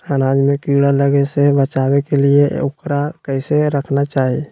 अनाज में कीड़ा लगे से बचावे के लिए, उकरा कैसे रखना चाही?